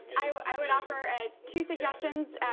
i would offer and two suggestions.